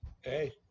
Hey